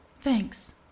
Thanks